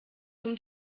zum